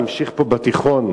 המשיך פה בתיכון,